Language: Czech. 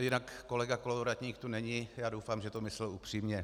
Jinak kolega Kolovratník tu není, já doufám, že to myslel upřímně.